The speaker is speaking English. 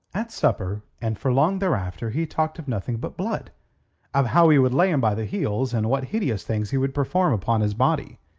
at supper, and for long thereafter he talked of nothing but blood of how he would lay him by the heels, and what hideous things he would perform upon his body.